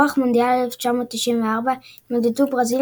על אירוח מונדיאל 1994 התמודדו ברזיל,